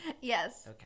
Yes